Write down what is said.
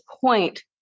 point